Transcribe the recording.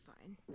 fine